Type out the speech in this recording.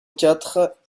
quatre